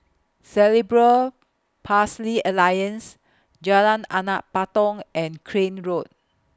Cerebral Palsy Alliance Jalan Anak Patong and Crane Road